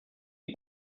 die